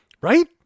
Right